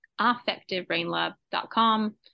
affectivebrainlab.com